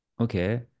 Okay